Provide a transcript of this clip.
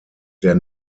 der